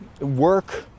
work